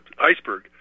iceberg